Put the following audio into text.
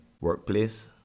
Workplace